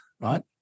right